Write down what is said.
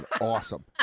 awesome